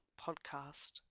podcast